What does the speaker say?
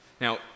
Now